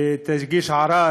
ותגיש ערר